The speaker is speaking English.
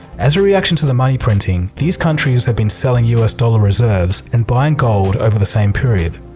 as a reaction to the money printing, these countries have been selling us dollar reserves and buying gold over the same period.